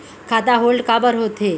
खाता होल्ड काबर होथे?